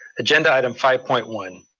agenda item five point one.